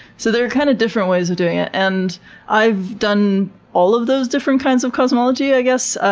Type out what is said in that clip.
so there are kind of different ways of doing it, and i've done all of those different kinds of cosmology, i guess,